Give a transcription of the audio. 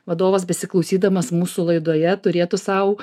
vadovas besiklausydamas mūsų laidoje turėtų sau